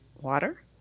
Water